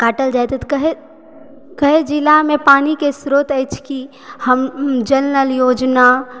काटल जाइत अछि तऽ कहय कए जिलामे पानीके श्रोत अछि कि हम जल नल योजना